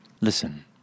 Listen